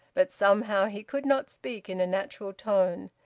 but somehow he could not speak in a natural tone.